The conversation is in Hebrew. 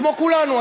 כמו כולנו,